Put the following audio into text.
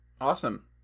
Awesome